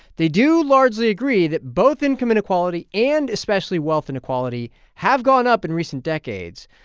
they do largely agree that both income inequality and especially wealth inequality have gone up in recent decades.